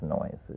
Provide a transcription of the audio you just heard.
noises